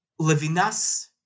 Levinas